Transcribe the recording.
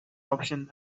option